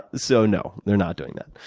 so no. they're not doing that.